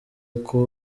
uko